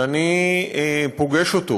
שאני פוגש אותו